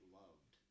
loved